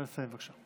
נא לסיים, בבקשה.